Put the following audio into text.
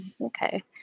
Okay